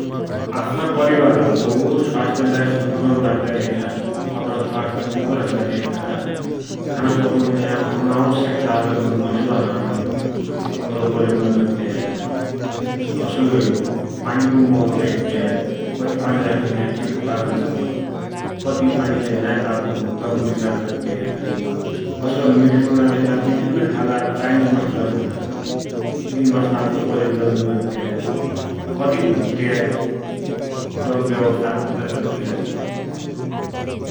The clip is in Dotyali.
आफ्ना परिवारको स्वास्थ्यलाई सन्तुलनमा राख्दाकी लेखा, अथवा स्वास्थ्य नीको राख्दाकी लेखा खाना पकुन्ज्या जो अनावश्यक खालका मसला हुनान् तनरो प्रयोग नगद्या, तसोइ पानीको महत्व हेद्या, कति पानी राखुन्ज्या ठिक्क पाकुन्छ, कति पानीले नाइ पाक्दो, तैको विचार गद्या । तसोइ मीठो बनुनाकी विभिन्न खालका चाइनीज मसला भुण्णान तिन मसलानको प्रयोगलै नगद्या, कति भुट्या, तैको व्यवस्थापन लै गद्या ।